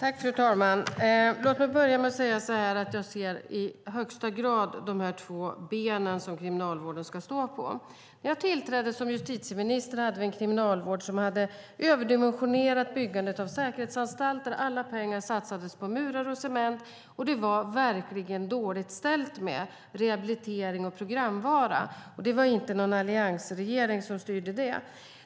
Fru talman! Låt mig börja med att säga att jag i högsta grad ser dessa två ben som Kriminalvården ska stå på. När jag tillträdde som justitieminister hade vi en kriminalvård som hade överdimensionerat byggandet av säkerhetsanstalter, och alla pengar satsades på murar och cement. Det var verkligen dåligt ställt med rehabilitering och programvara. Det var inte någon alliansregering som styrde det.